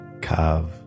Kav